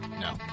No